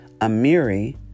Amiri